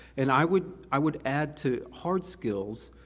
and i would i would add to hard skills,